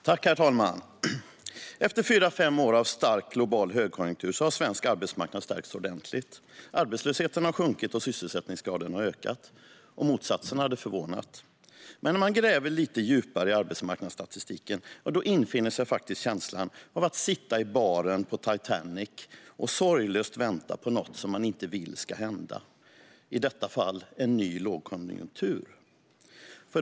Herr talman! Efter fyra fem år av stark global högkonjunktur har svensk arbetsmarknad stärkts ordentligt. Arbetslösheten har sjunkit och sysselsättningsgraden har ökat. Motsatsen hade förvånat. Men när man gräver lite djupare i arbetsmarknadsstatistiken infinner sig faktiskt känslan av att sitta i baren på Titanic och sorglöst vänta på något som man inte vill ska hända, i detta fall en ny lågkonjunktur.